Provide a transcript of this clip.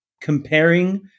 comparing